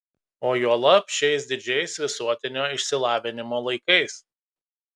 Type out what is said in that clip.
o juolab šiais didžiais visuotinio išsilavinimo laikais